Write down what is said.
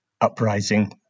uprising